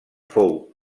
fou